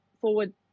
forward